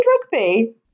rugby